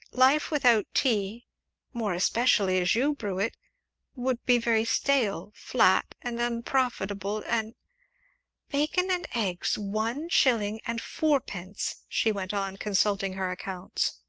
life without tea more especially as you brew it would be very stale, flat, and unprofitable, and bacon and eggs one shilling and fourpence! she went on, consulting her accounts.